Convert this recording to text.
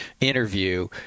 interview